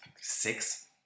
six